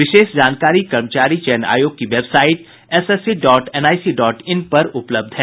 विशेष जानकारी कर्मचारी चयन आयोग की website SSC dot NIC dot in पर उपलब्ध है